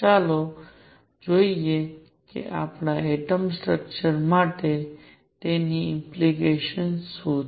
ચાલો જોઈએ કે આપણા એટમ સ્ટ્રકચર માટે તેની ઇમ્પલિકેશન શું છે